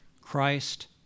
Christ